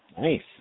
Nice